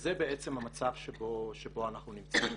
וזה בעצם המצב שבו אנחנו נמצאים.